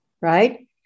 Right